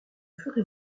ferez